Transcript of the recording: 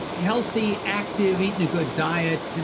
healthy, active, eating a good diet,